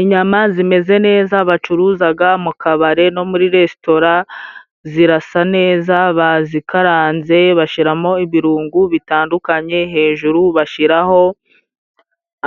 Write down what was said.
Inyama zimeze neza bacuruzaga mu kabari no muri resitora zirasa neza, bazikaranze bashimo ibirungo bitandukanye, hejuru bashiraho